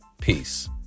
Peace